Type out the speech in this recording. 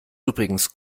übrigens